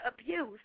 abuse